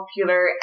popular